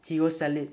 he go sell it